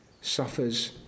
suffers